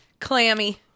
Clammy